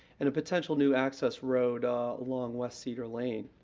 and a potential new access road along west cedar lane.